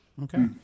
Okay